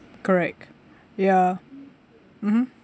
correct ya mmhmm